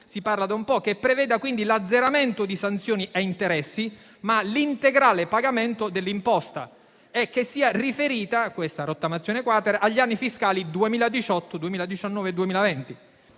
si parla da un po', che preveda quindi l'azzeramento di sanzioni e interessi, ma l'integrale pagamento dell'imposta, e sia riferita agli anni fiscali 2018-2019-2020.